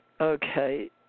okay